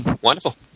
Wonderful